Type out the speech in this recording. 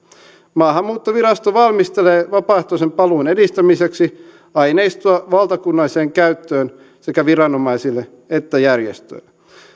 maahanmuuttovirasto valmistelee vapaaehtoisen paluun edistämiseksi aineistoa valtakunnalliseen käyttöön sekä viranomaisille että järjestöille